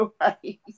right